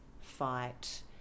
fight